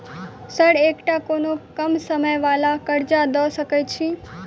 Sir एकटा कोनो कम समय वला कर्जा दऽ सकै छी?